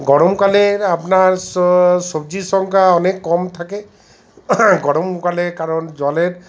গরমকালের আপনার সবজির সংখ্যা অনেক কম থাকে গরমকালে কারণ জলের